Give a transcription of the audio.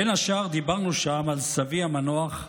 בין השאר, דיברנו שם על סבי המנוח,